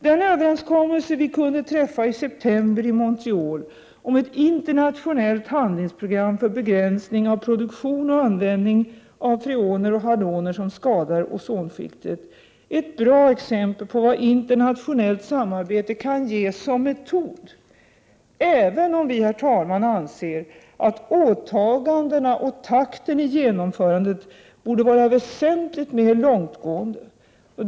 Den överenskommelse vi kunde träffa i september i Montreal om ett internationellt handlingsprogram för begränsning av produktion och användning av freoner och haloner som skadar ozonskiktet är ett bra exempel på vad internationellt samarbete som metod kan ge — även om vi anser att åtagandena och takten i genomförandet borde vara väsentligt mer långtgående.